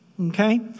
Okay